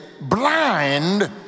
blind